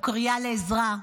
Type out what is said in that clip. הוא קריאה לעזרה,